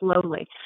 slowly